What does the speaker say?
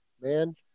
man